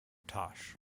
tosh